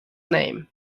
name